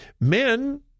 Men